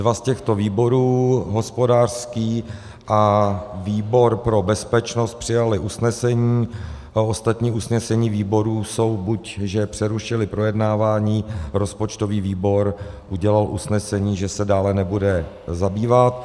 Dva z těchto výborů hospodářský a výbor pro bezpečnost přijaly usnesení a ostatní usnesení výborů jsou, buď že přerušily projednávání, rozpočtový výbor udělal usnesení, že se dále nebude zabývat.